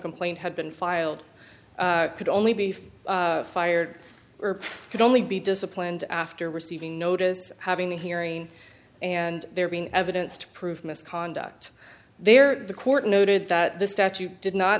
complaint had been filed could only be fired or could only be disciplined after receiving notice having the hearing and there being evidence to prove misconduct there the court noted that the statute did not